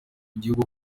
gihugu